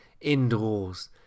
indoors